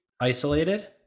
isolated